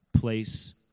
place